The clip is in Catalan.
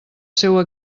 seua